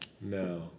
No